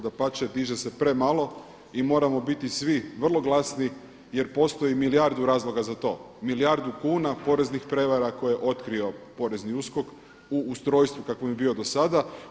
Dapače, diže se premalo i moramo biti svi vrlo glasni, jer postoji milijardu razloga za to, milijardu kuna poreznih prevara koje je otkrio porezni USKOK u ustrojstvu u kakvom je bio do sada.